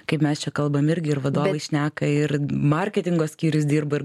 kaip mes čia kalbam irgi ir vadovai šneka ir marketingo skyrius dirba ir